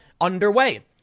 underway